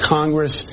Congress